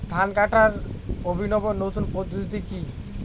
ধান কাটার অভিনব নতুন পদ্ধতিটি কি?